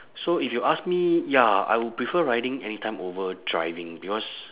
so if you ask me ya I would prefer riding anytime over driving because